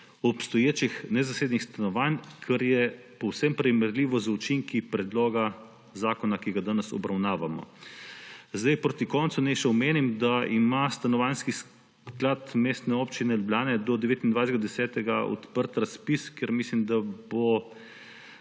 obstoječih nezasedenih stanovanj, kar je po vsem primerljivo z učinki predloga zakona, ki ga danes obravnavamo. Proti koncu naj omenim še, da ima Javni stanovanjski sklad Mestne občine Ljubljana do 29. 10. odprt razpis, kjer mislim, da se